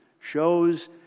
shows